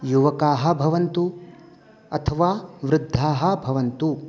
युवकाः भवन्तु अथवा वृद्धाः भवन्तु